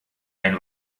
ein